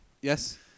Yes